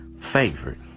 favorite